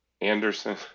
anderson